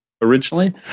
Originally